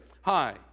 Hi